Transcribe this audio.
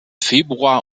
februar